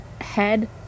head